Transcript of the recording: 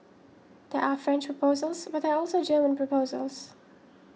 there are French proposals but there are also German proposals